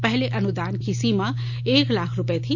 पहले अनुदान की सीमा एक लाख रुपए थी